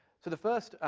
so the first,